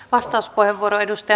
arvoisa puhemies